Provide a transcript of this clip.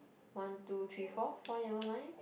one two three four four yellow lines